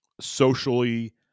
socially